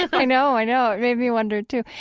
i know, i know, it made me wonder too.